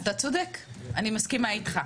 אתה צודק, אני מסכימה איתך.